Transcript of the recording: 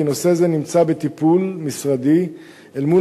כי נושא זה נמצא בטיפול משרדי אל מול